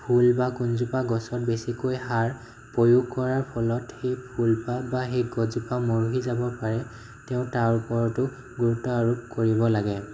ফুল বা কোনজোপা গছত বেছিকৈ সাৰ প্ৰয়োগ কৰাৰ ফলত সেই ফুলপাহ বা সেই গছজোপা মৰহি যাব পাৰে তেওঁ তাৰ ওপৰতো গুৰুত্ব আৰোপ কৰিব লাগে